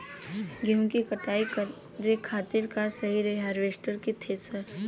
गेहूँ के कटाई करे खातिर का सही रही हार्वेस्टर की थ्रेशर?